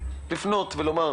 לפנות ולומר,